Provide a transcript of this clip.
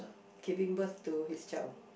giving birth to his child